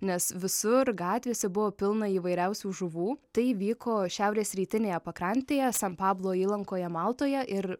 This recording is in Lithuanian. nes visur gatvėse buvo pilna įvairiausių žuvų tai vyko šiaurės rytinėje pakrantėje san pablo įlankoje maltoje ir